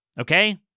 Okay